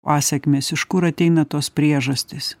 pasekmės iš kur ateina tos priežastys